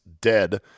dead